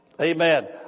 Amen